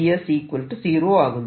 ds 0 ആകുന്നു